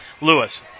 Lewis